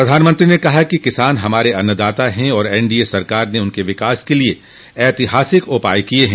प्रधानमंत्री ने कहा कि किसान हमारे अन्नदाता है और एनडीए सरकार ने उनके विकास के लिए ऐतिहासिक उपाय किए हैं